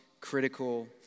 critical